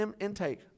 intake